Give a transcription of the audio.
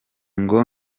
ngo